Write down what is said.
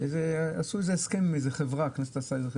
באיזו חברה.